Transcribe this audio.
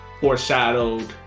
foreshadowed